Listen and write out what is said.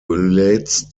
relates